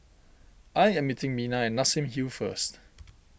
I am meeting Mina at Nassim Hill first